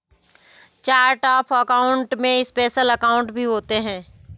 chart of account में special account भी होते हैं